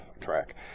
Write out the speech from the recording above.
track